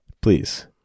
Please